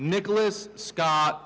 nicholas scott